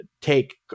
take